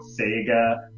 Sega